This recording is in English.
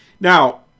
Now